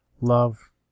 Love